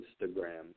Instagram